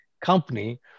company